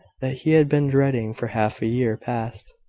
that he had been dreading for half a year past